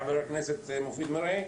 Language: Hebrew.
חבר הכנסת מופיד מרעי.